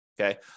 Okay